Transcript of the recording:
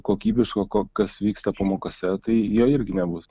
kokybiško ko kas vyksta pamokose tai jo irgi nebus